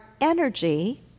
energy